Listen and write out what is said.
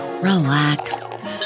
relax